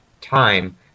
time